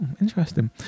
interesting